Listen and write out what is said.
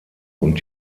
und